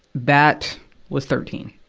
that was thirteen.